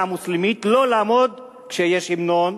מוסלמית לא חושב לא לעמוד כששרים את ההמנון,